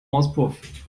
auspuff